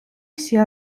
всі